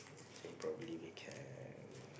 think probably we can